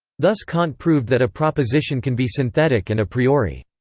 thus kant proved that a proposition can be synthetic and a priori.